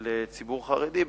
על הציבור החרדי,